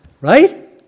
Right